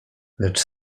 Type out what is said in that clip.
lecz